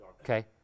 Okay